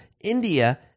India